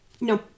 No